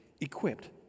equipped